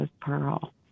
Pearl